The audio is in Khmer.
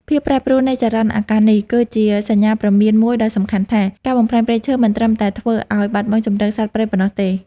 ភាពប្រែប្រួលនៃចរន្តអាកាសនេះ គឺជាសញ្ញាព្រមានមួយដ៏សំខាន់ថា ការបំផ្លាញព្រៃឈើមិនត្រឹមតែធ្វើឱ្យបាត់បង់ជម្រកសត្វព្រៃប៉ុណ្ណោះទេ។